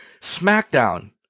SmackDown